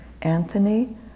Anthony